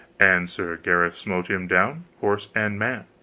and sir gareth smote him down horse and man.